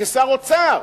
כשר אוצר,